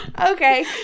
Okay